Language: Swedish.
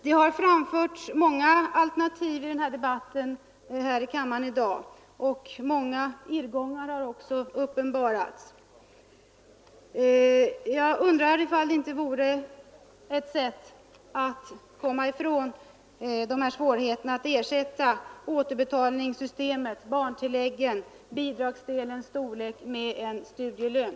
Det har framförts många alternativ i debatten här i kammaren i dag, och många irrgångar har också uppenbarats. Jag undrar ifall inte ett sätt att komma ifrån de här svårigheterna vore att ersätta återbetalningssystemet, barntillägget och bidragsdelens storlek m.m. med en allmängiltig studielön.